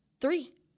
three